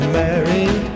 married